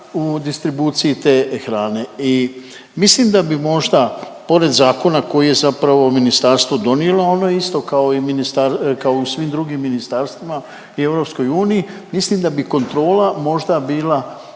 u distribuciji te hrane. I mislim da bi možda pored zakona koji je zapravo ministarstvo donijelo ono je isto kao i u svim drugim ministarstvima i EU mislim da bi kontrola možda bila